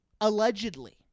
allegedly